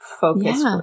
focus